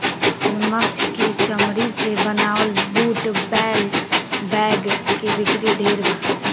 मगरमच्छ के चमरी से बनावल बूट, बेल्ट, बैग के बिक्री ढेरे बा